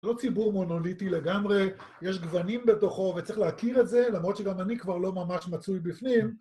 לא ציבור מונוליטי לגמרי, יש גוונים בתוכו וצריך להכיר את זה, למרות שגם אני כבר לא ממש מצוי בפנים.